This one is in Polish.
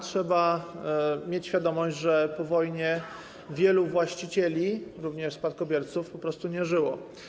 Trzeba mieć świadomość, że po wojnie wielu właścicieli, również spadkobierców, po prostu nie żyło.